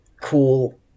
cool